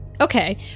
okay